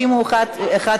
חוק בתי-המשפט (תיקון מס' 82),